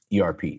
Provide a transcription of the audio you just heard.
ERP